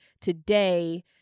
today